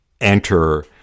enter